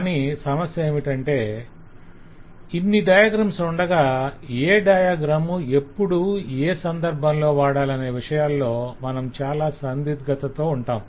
కానీ సమస్యేమిటంటే ఇన్ని డయాగ్రమ్స్ ఉండగా ఏ డయాగ్రాం ఎప్పుడు ఏ సంధర్బంలో వాడాలనే విషయాల్లో మనం చాలా సంధిద్ఘతతొ ఉంటాం